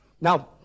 Now